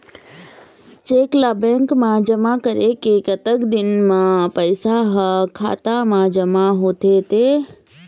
Cheque ला bank मा जमा करे के कतक दिन मा पैसा हा खाता मा जमा होथे थे?